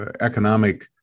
economic